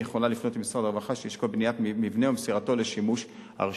יכולה לפנות למשרד הרווחה שישקול בניית מבנה ומסירתו לשימוש הרשות.